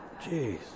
Jeez